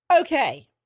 Okay